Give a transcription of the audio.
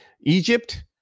Egypt